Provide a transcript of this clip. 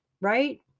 right